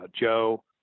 Joe